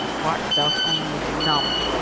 bart felt only numb,